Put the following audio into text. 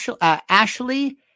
Ashley